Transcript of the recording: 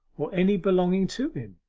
or any belonging to him.